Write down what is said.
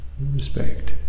Respect